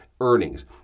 earnings